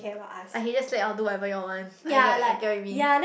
like he just say oh do whatever you all want I get I get what you mean